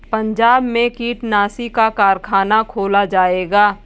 पंजाब में कीटनाशी का कारख़ाना खोला जाएगा